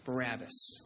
Barabbas